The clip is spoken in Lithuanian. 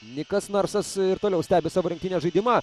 nikas narsas ir toliau stebi savo rinktinės žaidimą